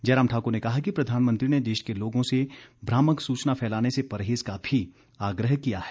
जयराम ठाकुर ने कहा कि प्रधानमंत्री ने देश के लोगों से भ्रामक सूचना फैलाने से परहेज का भी आग्रह किया है